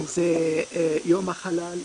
אם זה 'יום החלל'.